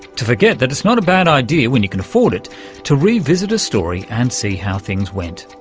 to forget that it's not a bad idea when you can afford it to revisit a story and see how things went.